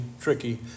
tricky